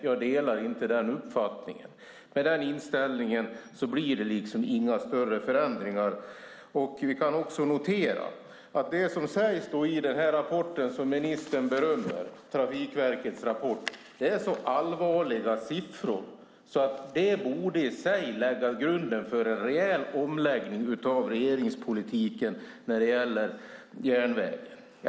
Jag delar inte den uppfattningen. Med den inställningen blir det liksom inga större förändringar. Vi kan också notera att siffrorna i den här rapporten som ministern berömmer, Trafikverkets rapport, är så allvarliga så att det i sig borde lägga grunden för en rejäl omläggning av regeringspolitiken när det gäller järnvägen.